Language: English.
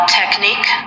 technique